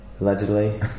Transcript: Allegedly